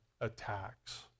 attacks